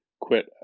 quit